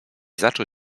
zaczął